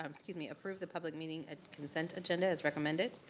um excuse me, approve the public meeting consent agenda, as recommended.